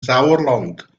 sauerland